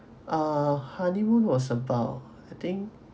uh honeymoon was about I think